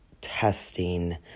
testing